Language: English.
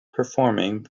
performing